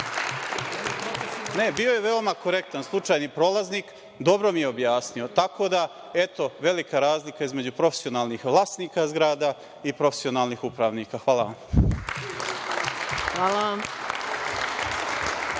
Ne, bio je veoma korektan slučajni prolaznik. Dobro mi je objasnio. Tako da eto, velika razlika između profesionalnih vlasnika zgrada i profesionalnih upravnika. Hvala vam. **Maja